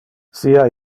sia